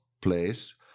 place